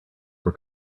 were